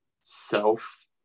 self